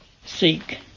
seek